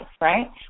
right